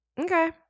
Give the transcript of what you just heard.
Okay